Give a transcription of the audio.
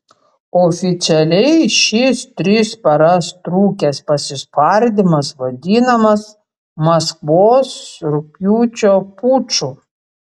oficialiai šis tris paras trukęs pasispardymas vadinamas maskvos rugpjūčio puču